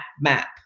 map